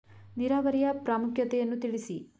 ನೀರಾವರಿಯ ಪ್ರಾಮುಖ್ಯತೆ ಯನ್ನು ತಿಳಿಸಿ?